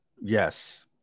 Yes